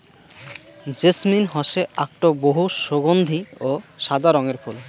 jasmine হসে আকটো বহু সগন্ধিও সাদা রঙের ফুল